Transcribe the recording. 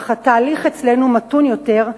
אך התהליך אצלנו מתון יותר,